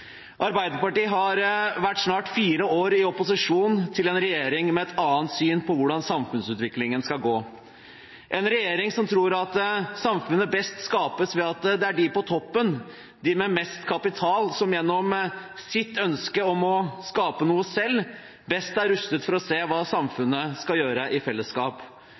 Arbeiderpartiet har vært snart fire år i opposisjon til en regjering med et annet syn på hvordan samfunnsutviklingen skal gå – en regjering som tror at samfunnet best skapes ved at det er de på toppen, de med mest kapital, som gjennom sitt ønske om å skape noe selv best er rustet til å se hva samfunnet skal gjøre i fellesskap.